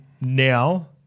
now